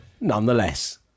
nonetheless